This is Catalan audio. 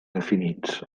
definits